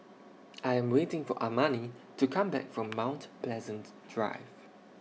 I Am waiting For Armani to Come Back from Mount Pleasant Drive